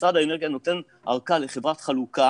כשמשרד האנרגיה נותן ארכה לחברת חלוקה